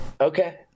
Okay